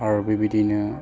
आरो बेबायदिनो